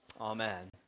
Amen